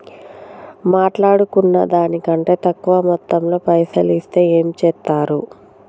మాట్లాడుకున్న దాని కంటే తక్కువ మొత్తంలో పైసలు ఇస్తే ఏం చేత్తరు?